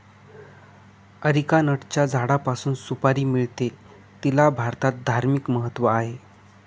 अरिकानटच्या झाडापासून सुपारी मिळते, तिला भारतात धार्मिक महत्त्व आहे